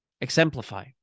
exemplify